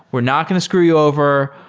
we're not going to screw you over,